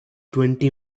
twenty